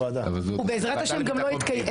פינדרוס, בעזרת השם הוא גם לא יתקיים.